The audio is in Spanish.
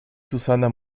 susana